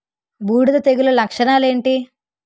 బూడిద తెగుల లక్షణాలు ఏంటి?